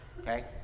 Okay